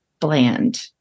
bland